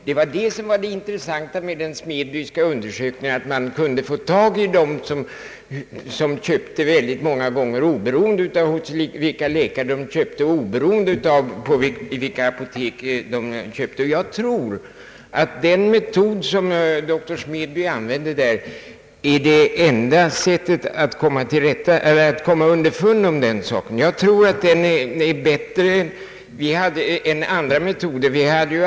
Det intressanta med den Smedbyska undersökningen var att man kunde få tag på dem som köpte väldigt många gånger, oberoende av vilka läkare och vilka apotek de besökte. Den metod som doktor Smedby använde är nog enda sättet att komma underfund med den saken.